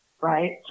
right